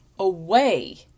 Away